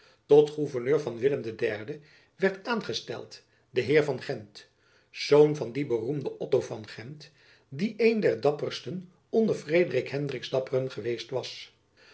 tot gouverneur van willem iii werd aangesteld de heer van gent zoon van dien beroemden otto van gent die een der dapperjacob van lennep elizabeth musch sten onder frederik hendriks dapperen geweest was